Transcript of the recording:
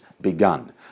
begun